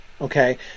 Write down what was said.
Okay